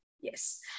Yes